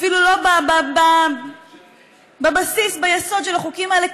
אפילו לא בבסיס, ביסוד של החוקים האלה.